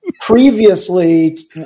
previously